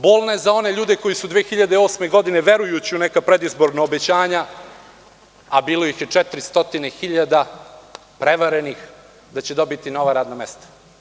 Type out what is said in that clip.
Bolna je za one ljude koji su 2008. godine, verujući u neka predizborna obećanja, a bilo ih je 400 hiljada prevarenih, da će dobiti nova radna mesta.